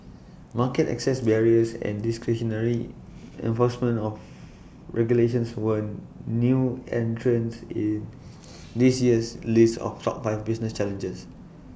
market access barriers and discretionary enforcement of regulations were new entrants in this year's list of top five business challenges